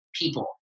People